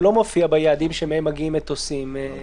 לא מופיע ביעדים שאליהם מגיעים מטוסים.